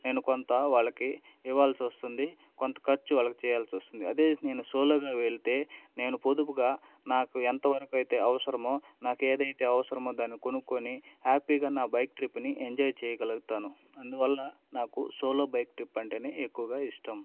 నేను కొంత వాళ్ళకి ఇవ్వాల్సి వస్తుంది కొంత ఖర్చు వాళ్ళకి చేయాల్సి వస్తుంది అదే నేను సోలోగా వెళ్తే నేను పొదుపుగా నాకు ఎంతవరకైతే అవసరమో నాకు ఏదైతే అవసరమో దాన్ని కొనుక్కుని హ్యాపీగా నా బైక్ ట్రిప్ని ఎంజాయ్ చేయగలగుతాను అందువల్ల నాకు సోలో బైక్ ట్రిప్ అంటేనే ఎక్కువగా ఇష్టం